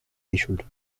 issued